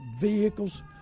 vehicles